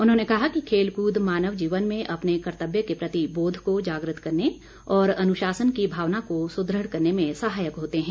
उन्होंने कहा कि खेलकूद मानव जीवन में अपने कर्तव्य के प्रति बोध को जागृत करने और अनुशासन की भावना को सुदृढ़ करने में सहायक होते हैं